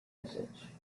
usage